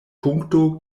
punkto